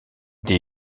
des